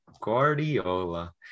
Guardiola